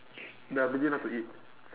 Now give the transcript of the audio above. the ability not to eat